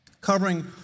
Covering